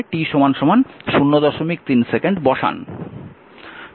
সুতরাং এখানে t 03 second বসান